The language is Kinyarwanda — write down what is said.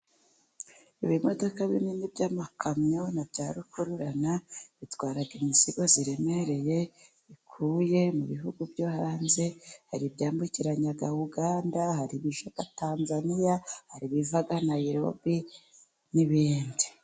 Ibimodoka binini by'amakamyo na bya rukururana, bitwara imizigo iremereye bibikuye mu bihugu byo hanze, hari ibyambukiranya Uganda, hari ibiva Tanzania, hari ibiva Nairobi n'ibindi.